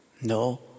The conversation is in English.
No